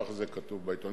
כך זה כתוב בעיתון,